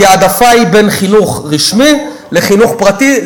כי העדפה היא בין חינוך רשמי לחינוך פרטי,